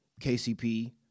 KCP